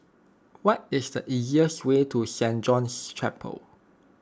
what is the easiest way to Saint John's Chapel